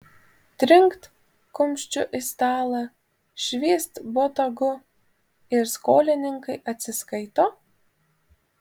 trinkt kumščiu į stalą švyst botagu ir skolininkai atsiskaito